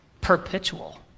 perpetual